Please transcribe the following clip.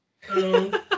Hello